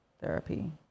therapy